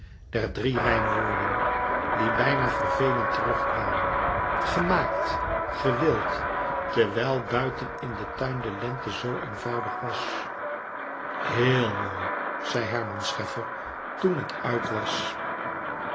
der drie rijmwoorden die bijna vervelend terugkwamen gemaakt gewild terwijl buiten in den tuin de lente zoo eenvoudig was louis couperus metamorfoze heel mooi zei herman scheffer toen het uit was